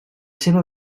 seva